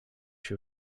się